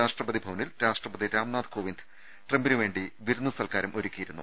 രാഷ്ട്രപതി ഭവനിൽ രാഷ്ട്രപതി രാംനാഥ് കോവിന്ദ് ട്രംപിനു വേണ്ടി വിരുന്നു സൽക്കാരം ഒരുക്കിയിരുന്നു